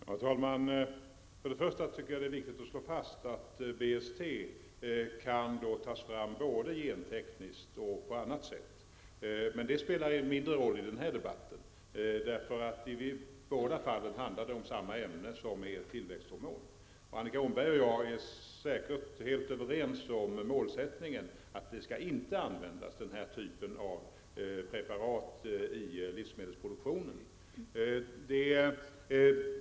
Herr talman! Först och främst är det viktigt att slå fast att BST kan tas fram både gentekniskt och på annat sätt, men det spelar mindre roll i den här debatten, därför att i båda fallen handlar det om samma ämne, som är ett tillväxthormon. Annika Åhnberg och jag är säkert helt överens om målsättningen att denna typ av preparat inte skall användas i livsmedelsproduktionen.